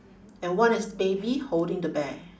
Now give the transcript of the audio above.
and one is baby holding the bear